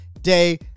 day